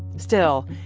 still,